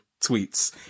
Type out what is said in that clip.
tweets